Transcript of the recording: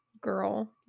Girl